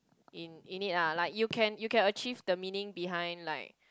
in in need lah like you can you can achieve the meaning behind like